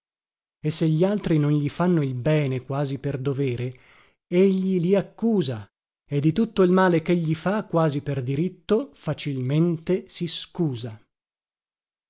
e se gli altri non gli fanno il bene quasi per dovere egli li accusa e di tutto il male chegli fa quasi per diritto facilmente si scusa